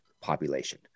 population